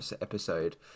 episode